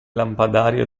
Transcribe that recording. lampadario